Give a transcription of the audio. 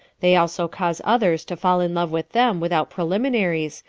they also cause others to fall in love with them without preliminaries,